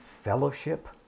fellowship